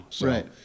Right